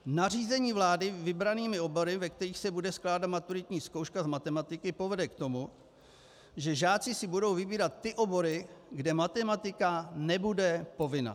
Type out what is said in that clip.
Nařízení vlády s vybranými obory, ve kterých se bude skládat maturitní zkouška z matematiky, povede k tomu, že žáci si budou vybírat ty obory, kde matematika nebude povinná.